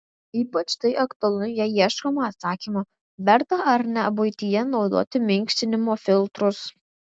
ypač tai aktualu jei ieškoma atsakymo verta ar ne buityje naudoti minkštinimo filtrus